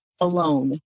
alone